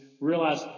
realize